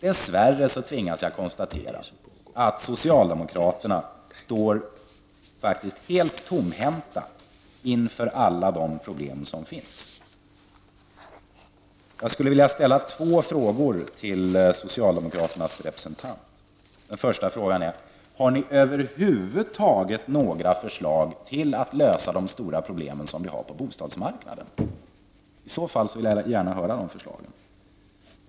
Dess värre tvingas jag konstatera att socialdemokraterna står helt tomhänta inför alla de problem som finns. Jag skulle vilja ställa två frågor till socialdemokraternas representant. Den första frågan är: Har ni över huvud taget några förslag till att lösa de stora problem som vi har på bostadsmarknaden? I så fall vill jag gärna höra de förslagen.